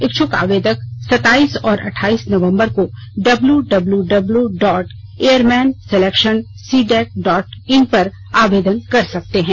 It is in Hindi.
इच्छुक आवेदक सताइस और अट्ठाइस नवंबर को W W W dot airmen selection CDAC dot in पर आवेदन कर सकते हैं